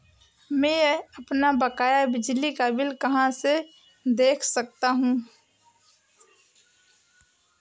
मैं अपना बकाया बिजली का बिल कहाँ से देख सकता हूँ?